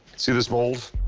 see these holes?